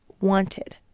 wanted